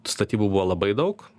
statybų buvo labai daug